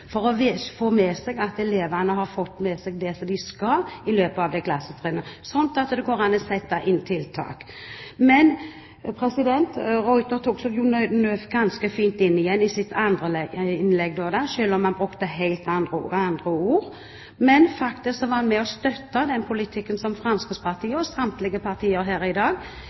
løpet av klassetrinnet – sånn at det går an å sette inn tiltak. Men de Ruiter tok seg ganske fint inn igjen i sitt andre innlegg, selv om han brukte helt andre ord. Faktisk var han med og støttet den politikken som Fremskrittspartiet – og samtlige partier her i dag